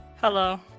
Hello